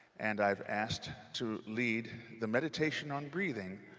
and i've asked to lead the meditation on breathing,